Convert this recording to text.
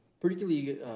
particularly